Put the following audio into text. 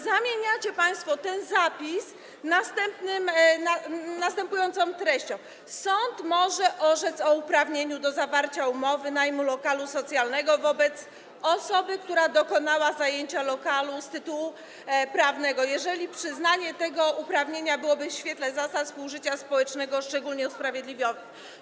Zamieniacie państwo ten zapis na następującą treść: sąd może orzec o uprawnieniu do zawarcia umowy najmu lokalu socjalnego wobec osoby, która dokonała zajęcia lokalu z tytułu prawnego, jeżeli przyznanie tego uprawnienia byłoby w świetle zasad współżycia społecznego szczególnie usprawiedliwione.